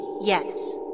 Yes